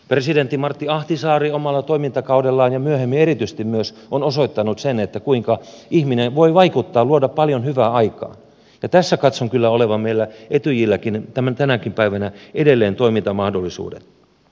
presidentti martti ahtisaari omalla toimintakaudellaan ja myöhemmin erityisesti myös on osoittanut sen kuinka ihminen voi vaikuttaa luoda paljon hyvää ja tässä katson kyllä olevan meillä etyjilläkin tänäkin päivänä edelleen toimintamahdollisuudet